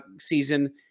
season